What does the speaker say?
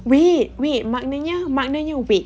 wait wait maknanya maknanya wait